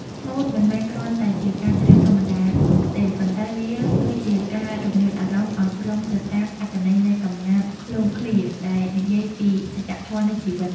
ស្មូតមិនមែនគ្រាន់តែជាការច្រៀងធម្មតានោះទេ ប៉ុន្តែវាគឺជាការរំញោចអារម្មណ៍ឱ្យស្លុងទៅតាមអត្ថន័យនៃកំណាព្យឃ្លោងឃ្លាដែលនិយាយពីសច្ចធម៌នៃជីវិត។